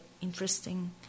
interesting